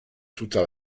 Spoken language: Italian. tutta